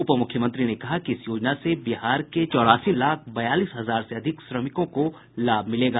उप मुख्यमंत्री ने कहा कि इस योजना से बिहार के चौरासी लाख बयालीस हजार से अधिक श्रमिकों को लाभ मिलेगा